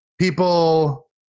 people